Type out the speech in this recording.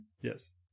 Yes